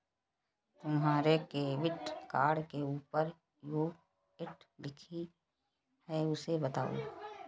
तुम्हारे credit card के ऊपर ड्यू डेट लिखी है उसे बताओ